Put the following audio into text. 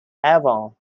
avon